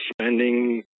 spending